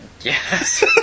Yes